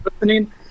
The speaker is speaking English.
listening